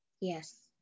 Yes